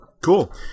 Cool